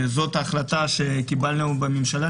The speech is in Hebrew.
זאת החלטה שקיבלנו בממשלה,